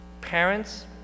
parents